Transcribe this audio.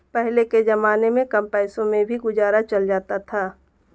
पहले के जमाने में कम पैसों में भी गुजारा चल जाता था